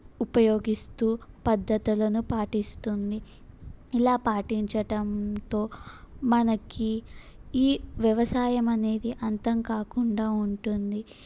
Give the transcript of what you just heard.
ఉపయోగిస్తు పద్దతులను పాటిస్తుంది ఇలా పాటించటంతో మనకు ఈ వ్యవసాయం అనేది అంతంకాకుండా ఉంటుంది